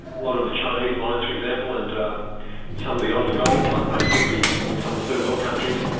lot of the chinese mines for example, and um some of the older gold mines may still be in some of the third world countries,